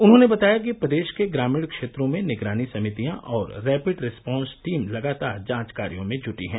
उन्होंने बताया कि प्रदेश के ग्रामीण क्षेत्रों में निगरानी समितियां और रैपिड रिस्पॉन्स टीम लगातार जांच कार्यों में जुटी हैं